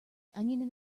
onion